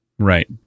Right